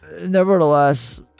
nevertheless